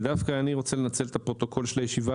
ודווקא אני רוצה לנצל את הפרוטוקול של הישיבה